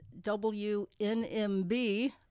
WNMB